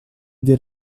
did